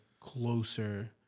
closer